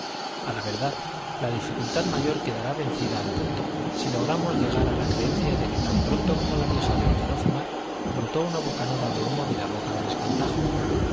a la verdad la dificultad mayor quedará vencida al punto si logramos llegar a la creencia de que tan pronto como la vieja le ordenó fumar brotó una bocanada de humo de la boca del espantajo